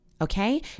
okay